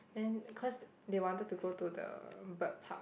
then cause they wanted to go to the bird park